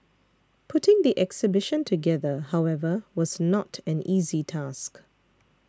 putting the exhibition together however was not an easy task